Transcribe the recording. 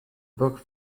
book